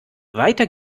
weiter